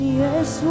yes